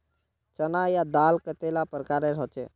चना या दाल कतेला प्रकारेर होचे?